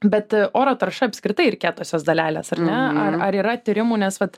bet oro tarša apskritai ir kietosios dalelės ar ne ar ar yra tyrimų nes vat